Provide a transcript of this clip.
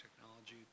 technology